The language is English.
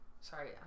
Sorry